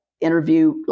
interview